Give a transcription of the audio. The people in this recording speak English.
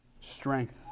strength